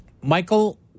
Michael